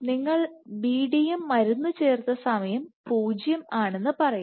നിങ്ങൾ BDM മരുന്ന് ചേർത്ത സമയം 0 ആണെന്ന് പറയാം